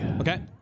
Okay